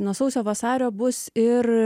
nuo sausio vasario bus ir